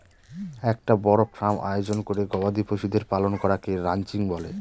একটা বড় ফার্ম আয়োজন করে গবাদি পশুদের পালন করাকে রানচিং বলে